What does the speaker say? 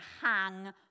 hang